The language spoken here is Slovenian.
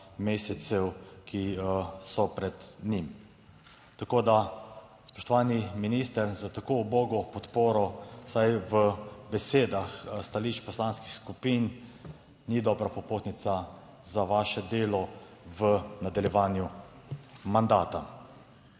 mesecev, ki so pred njim. Tako da, spoštovani minister, s tako ubogo podporo, vsaj v besedah stališč poslanskih skupin ni dobra popotnica za vaše delo v nadaljevanju mandata.